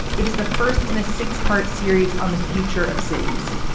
it is the first in a six part series on the future of cities.